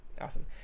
awesome